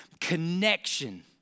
connection